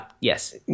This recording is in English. Yes